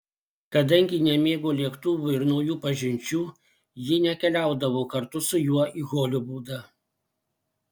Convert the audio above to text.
kadangi nemėgo lėktuvų ir naujų pažinčių ji nekeliaudavo kartu su juo į holivudą